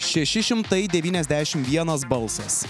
šeši šimtai devyniasdešimt vienas balsas